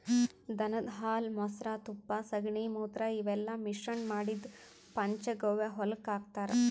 ದನದ್ ಹಾಲ್ ಮೊಸ್ರಾ ತುಪ್ಪ ಸಗಣಿ ಮೂತ್ರ ಇವೆಲ್ಲಾ ಮಿಶ್ರಣ್ ಮಾಡಿದ್ದ್ ಪಂಚಗವ್ಯ ಹೊಲಕ್ಕ್ ಹಾಕ್ತಾರ್